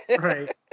right